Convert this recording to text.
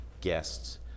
guests